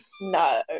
No